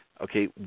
Okay